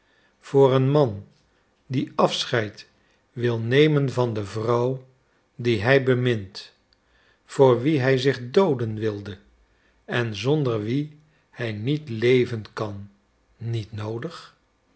voor een man die afscheid wil nemen van de vrouw die hij bemint voor wie hij zich dooden wilde en zouder wie hij niet leven kan niet noodig